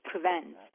prevents